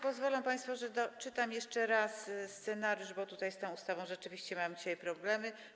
Pozwolą państwo, że doczytam jeszcze raz scenariusz, bo tutaj z tą ustawą rzeczywiście mamy dzisiaj problemy.